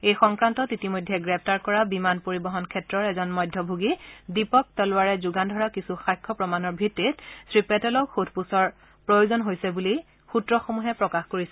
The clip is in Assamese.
এই সংক্ৰান্তত ইতিমধ্যে গ্ৰেপ্তাৰ কৰা বিমান পৰিবহণ ক্ষেত্ৰৰ এজন মধ্যভোগী দীপক টলৱাৰে যোগান ধৰা কিছু সাক্ষ্য প্ৰমাণৰ ভিত্তিত শ্ৰীপেটেলক সোধা পোছাৰ প্ৰয়োজন হৈছে বুলিও সূত্ৰসমূহে প্ৰকাশ কৰিছে